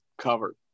cover